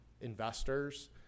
investors